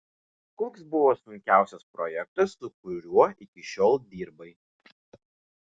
koks buvo sunkiausias projektas su kuriuo iki šiol dirbai